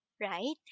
right